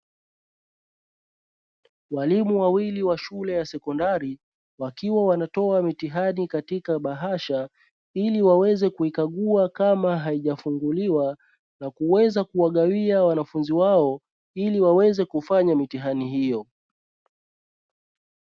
Walimu wawili wa shule ya sekondari wakiwa wanatoa mitihani katika bahasha ili waweze kuikagua kama haijafunguliwa na kuweza kuwagawia wanafunzi wao ili waweze kufanya mtihani hiyo.